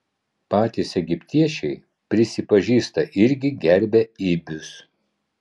patys egiptiečiai prisipažįsta irgi gerbią ibius